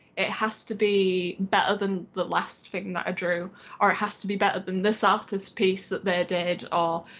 it has to be better than the last thing that i drew or it has to be better than this artists piece that they did, or